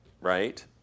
right